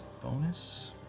Bonus